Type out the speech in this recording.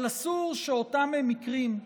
אבל אסור שאותם מקרים,